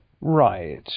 Right